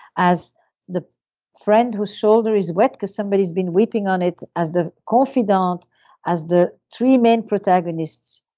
as the friend whose shoulder is wet because somebody's been weeping on it as the confidant, as the three main protagonist,